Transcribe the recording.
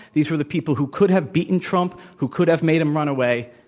these were the people who could have beaten trump, who could have made him run away.